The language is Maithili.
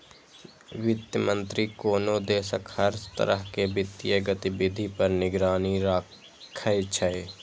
वित्त मंत्री कोनो देशक हर तरह के वित्तीय गतिविधि पर निगरानी राखै छै